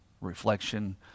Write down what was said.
reflection